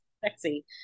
sexy